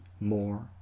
more